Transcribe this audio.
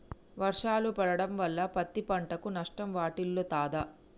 వర్షాలు పడటం వల్ల పత్తి పంటకు నష్టం వాటిల్లుతదా?